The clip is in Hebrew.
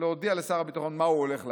להודיע לשר הביטחון מה הוא הולך להגיד,